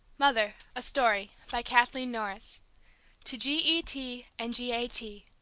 mother a story by kathleen norris to j. e. t. and j. a. t.